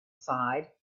side